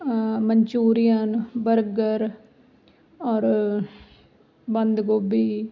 Manchurian burger ਔਰ ਬੰਦਗੋਭੀ